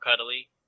cuddly